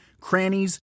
crannies